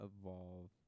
Evolve